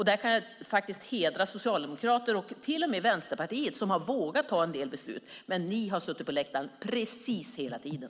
Där kan jag hedra Socialdemokraterna och till och med Vänsterpartiet som har vågat fatta en del beslut. Men ni har suttit på läktaren precis hela tiden.